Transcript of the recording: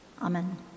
Amen